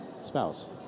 spouse